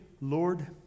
Lord